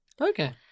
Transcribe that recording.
Okay